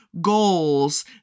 goals